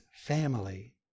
family